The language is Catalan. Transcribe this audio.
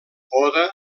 oda